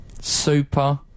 Super